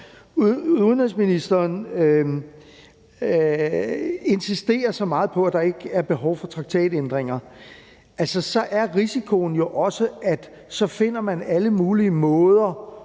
udenrigsministeren insisterer så meget på, at der ikke er behov for traktatændringer, så er risikoen jo også, at så finder man alle mulige måder